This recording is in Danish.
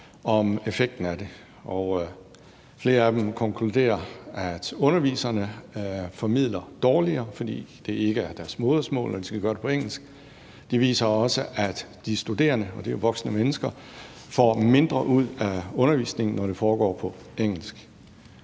om effekten af det, og flere af dem konkluderer, at underviserne formidler dårligere, fordi det ikke er deres modersmål, når de skal gøre det på engelsk. De viser også, at de studerende – og det er jo voksne mennesker – får mindre ud af undervisningen, når det foregår på engelsk.